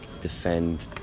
defend